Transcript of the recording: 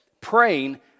praying